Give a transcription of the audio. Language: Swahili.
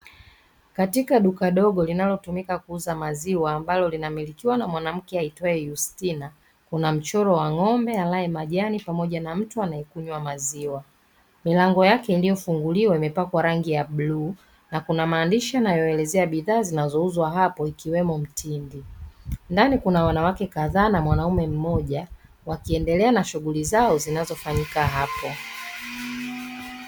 Katika duka dogo linalotumika kuuza maziwa ambalo linalomilikiwa na mwanamke aitwae Yustina, kuna mchoro wa ng'ombe alae majani pamoja na mtu anaekunywa maziwa. Milango yake iliyofunguliwa imepakwa rangi ya bluu na kuna maandishi yanayoelezea bidhaa zinazouzwa hapo ikiwepo mtindi. Ndani kuna wanawake kadhaa na mwanaume mmoja wakiendelea na shughuli zao zinazofanyika hapo.